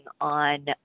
on